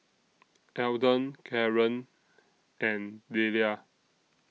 Eldon Caren and Delia